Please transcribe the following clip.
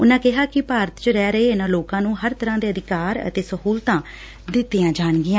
ਉਨੂਾਂ ਕਿਹਾ ਕਿ ਭਾਰਤ ਚ ਰਹਿ ਰਹੇ ਇਨੂਾਂ ਲੋਕਾਂ ੂ ਹਰ ਤਰੂਾਂ ਦੇ ਅਧਿਕਾਰ ਅਤੇ ਸਹੁਲਤਾਂ ਦਿੱਤੀਆਂ ਜਾਣਗੀਆਂ